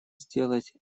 сделать